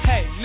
Hey